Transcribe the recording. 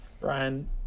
Brian